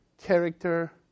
character